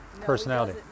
personality